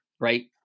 right